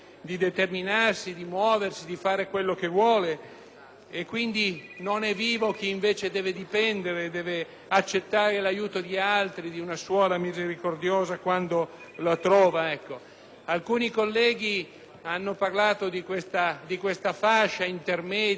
e quindi non è vivo chi invece deve dipendere da altri, deve accettare l'aiuto di una suora misericordiosa, quando la trova? Alcuni colleghi hanno parlato di questa fascia intermedia, di cui nessuno può dire niente.